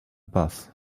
bus